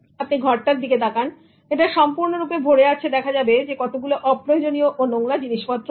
আপনি ঘরটার দিকে তাকান এটা সম্পূর্ণরূপে ভরে আছে কতগুলো অপ্রয়োজনীয় ও নোংরা জিনিসপত্র দিয়ে